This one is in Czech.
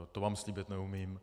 To vám slíbit neumím.